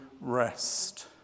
rest